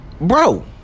Bro